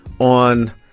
on